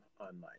online